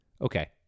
Okay